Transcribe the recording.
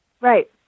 right